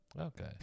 Okay